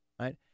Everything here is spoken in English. right